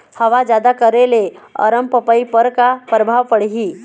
हवा जादा करे ले अरमपपई पर का परभाव पड़िही?